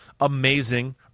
amazing